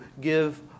give